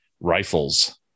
rifles